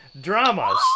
dramas